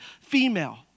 female